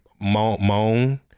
Moan